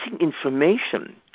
information